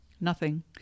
Nothing